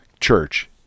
church